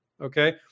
Okay